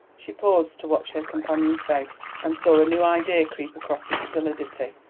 she paused to watch her companion's face, and saw a new idea creep across its stolidity.